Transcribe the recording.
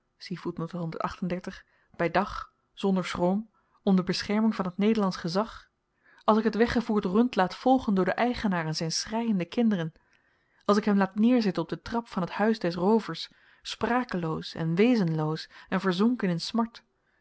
by dag zonder schroom onder bescherming van t nederlandsch gezag als ik t weggevoerd rund laat volgen door den eigenaar en zyn schreiende kinderen als ik hem laat neerzitten op den trap van t huis des roovers sprakeloos en wezenloos en verzonken in smart